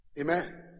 Amen